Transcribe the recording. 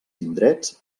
indrets